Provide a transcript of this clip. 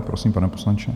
Prosím, pane poslanče.